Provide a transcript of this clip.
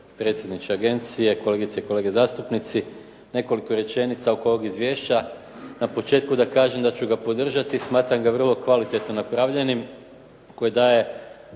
predsjedniče agencije. Nekoliko rečenica oko ovog izvješća. Na početku da kažem da ću ga podržati, smatram ga vrlo kvalitetno napravljenim koje daje